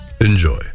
Enjoy